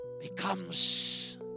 becomes